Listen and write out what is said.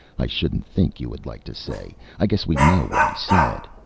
i shouldn't think you would like to say. i guess we know what he said.